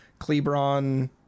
Clebron